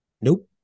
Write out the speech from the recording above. Nope